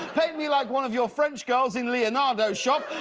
paint me like one of your french girls in leonardo-shop.